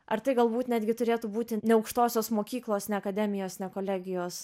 ar tai galbūt netgi turėtų būti ne aukštosios mokyklos ne akademijos ne kolegijos